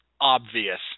obvious